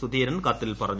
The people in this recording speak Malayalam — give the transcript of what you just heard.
സുധീരൻ കത്തിൽ പറഞ്ഞു